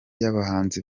yabahanzi